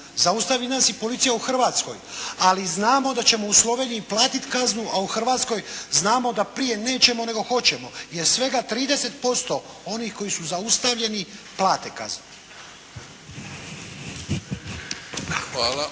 Zaustavi nas policija u Hrvatskoj. Ali znamo da ćemo u Sloveniji platit kaznu, a u Hrvatskoj znamo da prije nećemo nego hoćemo, jer svega 30% onih koji su zaustavljeni plate kaznu.